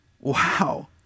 Wow